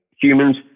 humans